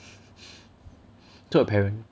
too apparent